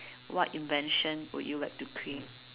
what invention would you like to create